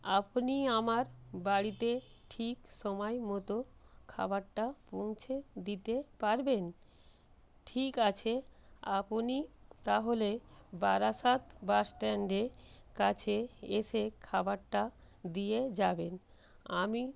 আপনি আমার বাড়িতে ঠিক সময় মত খাবারটা পৌঁছে দিতে পারবেন ঠিক আছে আপোনি তাহলে বারাসাত বাসস্ট্যান্ডে কাছে এসে খাবারটা দিয়ে যাবেন আমি